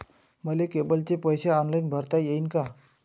मले केबलचे पैसे ऑनलाईन भरता येईन का?